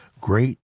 Great